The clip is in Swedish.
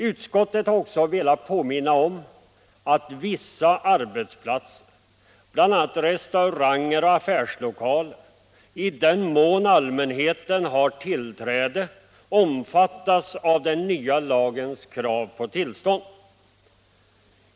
Utskottet har också velat påminna om att vissa arbetsplatser, bl.a. restauranger och affärslokaler, i den mån allmänheten har tillträde, omfattas av den nya lagens krav på tillstånd.